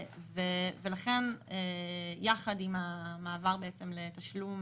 ולכן יחד עם המעבר לתשלום